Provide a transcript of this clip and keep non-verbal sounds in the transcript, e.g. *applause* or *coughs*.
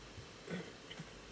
*coughs*